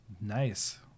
Nice